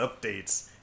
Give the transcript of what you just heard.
updates